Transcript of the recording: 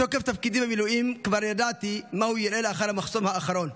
בתוקף תפקידי במילואים כבר ידעתי מה הוא יראה לאחר המחסום האחרון,